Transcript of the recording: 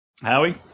Howie